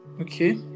Okay